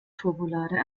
turbolader